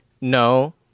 No